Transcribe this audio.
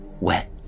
wet